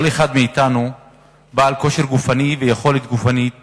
כל אחד מאתנו בעל כושר גופני ויכולת גופנית שונה,